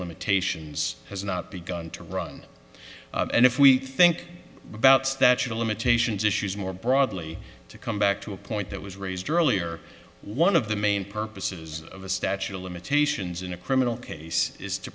limitations has not begun to run and if we think about statute of limitations issues more broadly to come back to a point that was raised earlier one of the main purposes of the statute of limitations in a criminal case is to